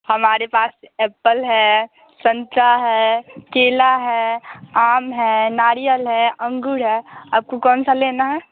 हमारे पास एप्पल है संतरा है केला है आम है नारियल है अंगूर है आपको कौन सा लेना है